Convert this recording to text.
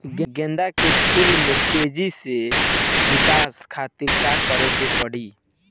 गेंदा के फूल में तेजी से विकास खातिर का करे के पड़ी?